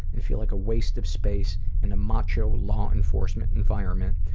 and feel like a waste of space in a macho law enforcement environment,